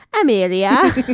Amelia